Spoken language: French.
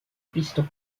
piston